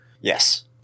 yes